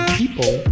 people